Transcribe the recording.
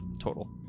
total